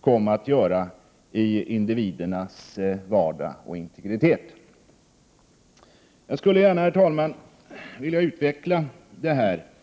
kommer att göra i individernas vardag och integritet. Herr talman! Jag skulle gärna vilja utveckla detta.